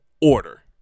order